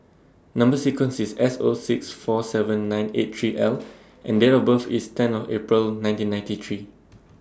Number sequence IS S O six four seven nine eight three L and Date of birth IS ten of April nineteen ninety three